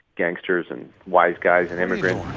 gangsters and wise guys and immigrants.